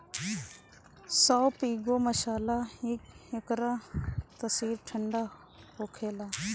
सौंफ एगो मसाला हअ एकर तासीर ठंडा होखेला